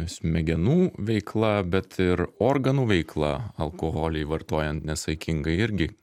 smegenų veikla bet ir organų veikla alkoholį vartojant nesaikingai irgi